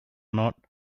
not